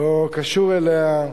לא קשור אליה,